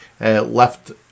left